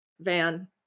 van